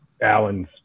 Allen's